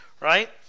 right